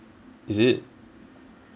is it